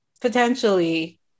potentially